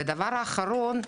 ודבר האחרון,